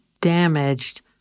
damaged